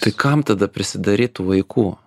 tai kam tada prisidaryt tų vaikų